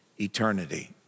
eternity